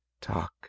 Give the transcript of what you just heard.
talk